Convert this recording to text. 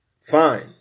fine